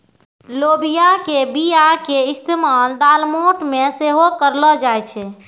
लोबिया के बीया के इस्तेमाल दालमोट मे सेहो करलो जाय छै